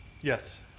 Yes